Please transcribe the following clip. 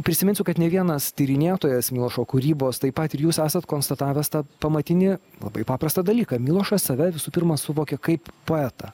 prisiminsiu kad ne vienas tyrinėtojas milošo kūrybos taip pat ir jūs esat konstatavęs tą pamatinį labai paprastą dalyką milošas save visų pirma suvokė kaip poetą